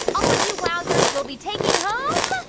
all of you wowzers will be taking home